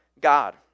God